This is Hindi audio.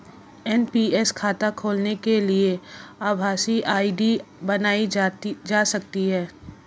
एन.पी.एस खाता खोलने के लिए आभासी आई.डी बनाई जा सकती है